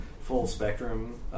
full-spectrum